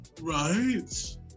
Right